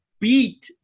Beat